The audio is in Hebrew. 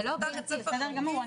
זה לא --- בסדר גמור,